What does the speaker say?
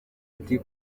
ati